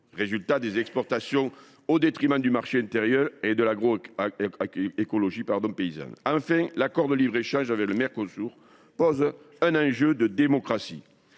Résultat, les exportations se font au détriment du marché intérieur et de l’agroécologie paysanne. Enfin, l’accord de libre échange avec le Mercosur constitue un enjeu démocratique.